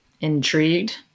Intrigued